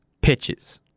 pitches